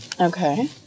Okay